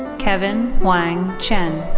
kevin huang qian.